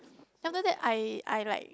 after that I I like